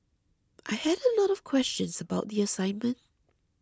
I had a lot of questions about the assignment